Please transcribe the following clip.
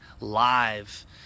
live